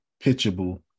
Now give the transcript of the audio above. pitchable